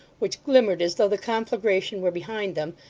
which glimmered as though the conflagration were behind them,